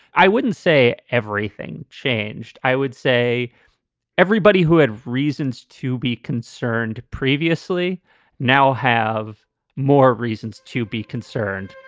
i wouldn't say everything changed. i would say everybody who had reasons to be concerned previously now have more reasons to be concerned